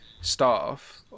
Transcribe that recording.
staff